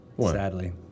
sadly